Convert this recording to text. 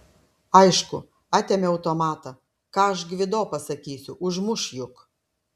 aišku atėmė automatą ką aš gvido pasakysiu užmuš juk